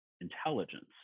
intelligence